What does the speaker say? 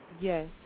Yes